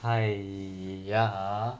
!haiya!